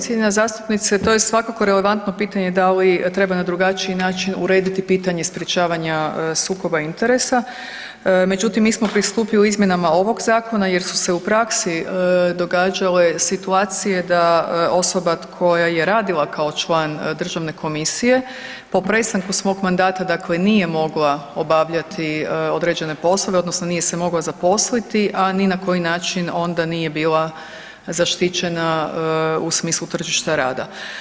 Cijenjena zastupnice, to je svakako relevantno pitanje da li treba na drugačiji način urediti pitanje sprečavanja sukoba interesa, međutim mi smo pristupili izmjenama ovog zakona jer su se u praksi događale situacije da osoba koja je radila kao član državne komisije po prestanku svog mandata nije mogla obavljati određene poslove odnosno nije se mogla zaposliti, a ni na koji način onda nije bila zaštićena u smislu tržišta rada.